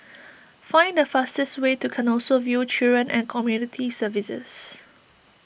find the fastest way to Canossaville Children and Community Services